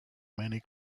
many